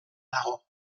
dago